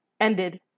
Ended